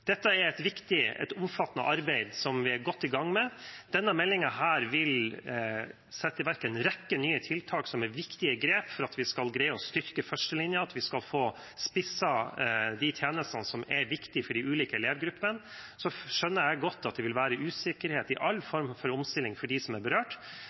dette er et viktig, omfattende arbeid som vi er godt i gang med. Denne meldingen vil sette i verk en rekke nye tiltak som er viktige grep for at vi skal greie å styrke førstelinjen, at vi skal få spisset de tjenestene som er viktige for de ulike elevgruppene. Så skjønner jeg godt at det vil være usikkerhet i all form for omstilling for dem som er berørt,